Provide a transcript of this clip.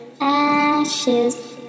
ashes